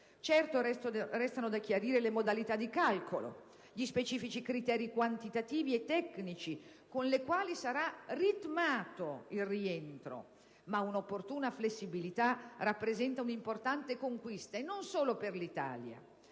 Certamente restano da chiarire le modalità di calcolo e gli specifici criteri quantitativi e tecnici con i quali sarà ritmato il rientro, ma un'opportuna flessibilità rappresenta un'importante conquista e non solo per l'Italia.